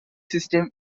system